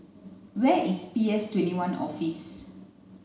where is P S twenty one Office